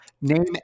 Name